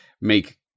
make